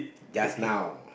just now